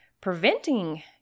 preventing